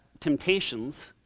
temptations